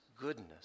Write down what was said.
goodness